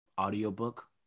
Audiobook